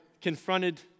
confronted